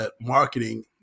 marketing